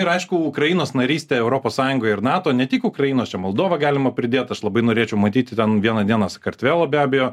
ir aišku ukrainos narystę europos sąjungoje ir nato ne tik ukrainos moldovą galima pridėti aš labai norėčiau matyti ten vieną dieną sakartvelą be abejo